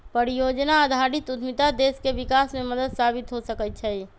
परिजोजना आधारित उद्यमिता देश के विकास में मदद साबित हो सकइ छै